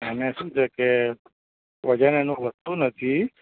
એને શું છે કે વજન એનો વધતો નથી